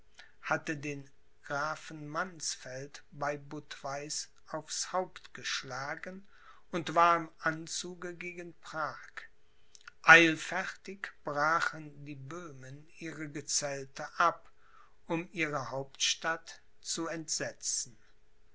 hatte den grafen mannsfeld bei budweiß aufs haupt geschlagen und war im anzuge gegen prag eilfertig brachen die böhmen ihre gezelte ab um ihre hauptstadt zu entsetzen